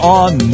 on